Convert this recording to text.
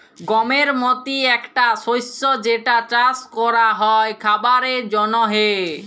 গমের মতি একটা শস্য যেটা চাস ক্যরা হ্যয় খাবারের জন্হে